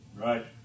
Right